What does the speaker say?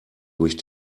durch